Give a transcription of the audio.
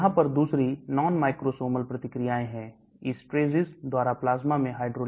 यहां पर दूसरी non microsomal प्रतिक्रियाएं हैं esterases द्वारा प्लाज्मा में hydrolysis